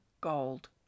gold